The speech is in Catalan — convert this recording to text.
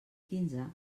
quinze